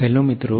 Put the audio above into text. hello मित्रों